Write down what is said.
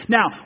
Now